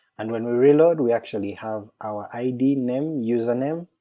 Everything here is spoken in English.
and when we reload we actually have our id name, username,